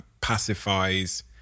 pacifies